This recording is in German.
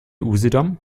usedom